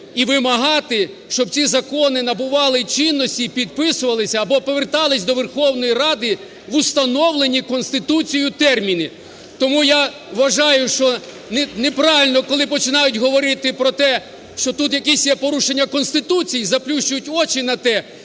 І вимагати, щоб ці закони набували чинності і підписувались або повертались до Верховної Ради в установлені Конституцією терміни. Тому я вважаю, що неправильно, коли починають говорити про те, що тут якесь є порушення Конституції, і заплющують очі на те,